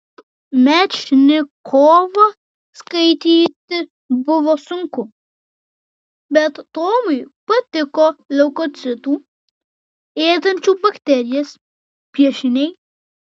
mečnikovą skaityti buvo sunku bet tomui patiko leukocitų ėdančių bakterijas piešiniai